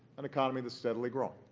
an economy that's steadily growing.